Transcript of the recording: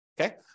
okay